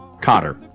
Cotter